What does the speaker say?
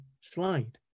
slide